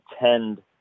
attend